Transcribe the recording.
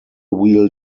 wheel